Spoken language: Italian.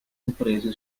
imprese